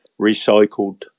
recycled